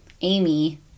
Amy